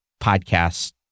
podcast